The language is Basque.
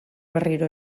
berriro